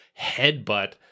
headbutt